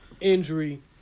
injury